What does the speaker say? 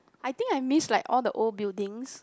I think I miss like all the old buildings